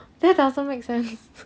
that doesn't make sense